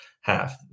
half